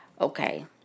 Okay